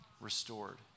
restored